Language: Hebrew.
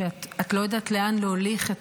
כשאת לא יודעת לאן להוליך את